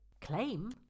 Claim